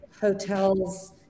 hotels